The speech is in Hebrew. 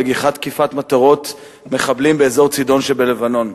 לגיחת תקיפה של מטרות מחבלים באזור צידון שבלבנון.